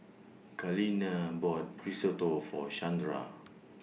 Kaleena bought Risotto For Shandra